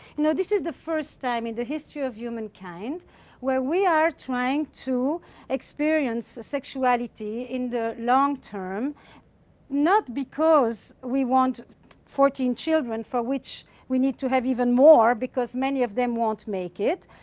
know, this is the first time in the history of humankind where we are trying to experience sexuality in the long term not because we want fourteen children, for which we need to have even more because many of them won't make it,